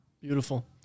Beautiful